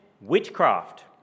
witchcraft